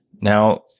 Now